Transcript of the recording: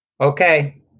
Okay